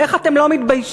איך אתם לא מתביישים?